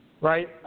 Right